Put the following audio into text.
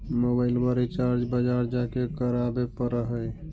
मोबाइलवा रिचार्ज बजार जा के करावे पर है?